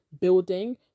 building